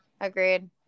Agreed